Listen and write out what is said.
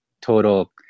total